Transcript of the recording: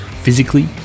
physically